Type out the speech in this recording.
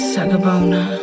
Sagabona